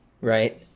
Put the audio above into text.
Right